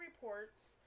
reports